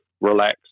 relax